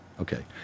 okay